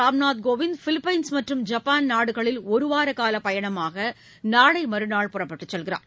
Ramnath Kovind Philippines மற்றும் Japan நாடுகளில் ஒருவாரகால பயணமாக நாளை மறுநாள் புறப்பட்டுச் செல்கிறார்